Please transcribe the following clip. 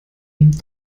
ihm